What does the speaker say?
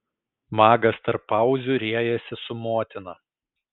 magas tarp pauzių riejasi su motina